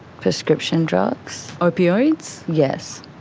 prescription drugs. opioids? yes.